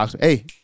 Hey